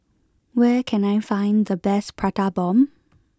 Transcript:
where can I find the best Prata Bomb